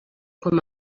com